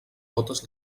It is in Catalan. totes